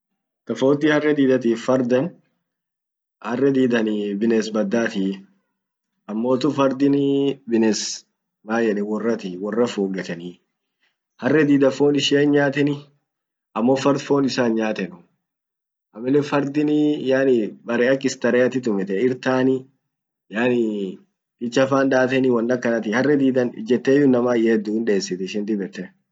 Tofauti harre didatif fardan harre didan bines badatii. amotu fardinii bines man yedan worrati worra fugetanii. harre dida fon ishia hin nyatani amo fard fon ishia hin nyatanuu aminen fardini yani bere ak starehea tumietan irr tani yani pichafan datani won akanatii. harre didan ijetteyu inama hiedu hindesit ishin dib yette.